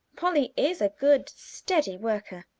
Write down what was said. polly is a good, steady worker.